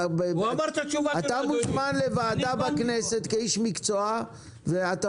אתה מוזמן לוועדה בכנסת כאיש מקצוע ואתה